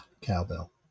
cowbell